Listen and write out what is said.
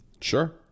Sure